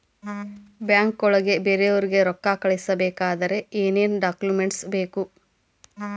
ಬ್ಯಾಂಕ್ನೊಳಗ ಬೇರೆಯವರಿಗೆ ರೊಕ್ಕ ಕಳಿಸಬೇಕಾದರೆ ಏನೇನ್ ಡಾಕುಮೆಂಟ್ಸ್ ಬೇಕು?